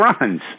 runs